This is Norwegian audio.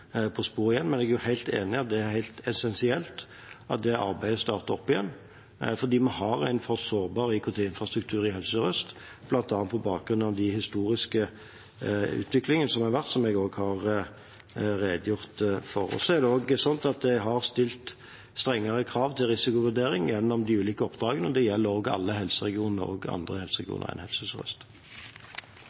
på sporet igjen. Jeg er enig i at det er helt essensielt at det arbeidet starter opp igjen, for vi har en for sårbar IKT-infrastruktur i Helse Sør-Øst, bl.a. på bakgrunn av den historiske utviklingen, som jeg også har redegjort for. Det er også slik at jeg har stilt strengere krav til risikovurdering gjennom de ulike oppdragene. Det gjelder alle helseregionene, også andre helseregioner enn Helse